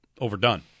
overdone